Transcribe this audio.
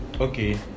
okay